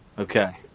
Okay